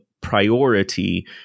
priority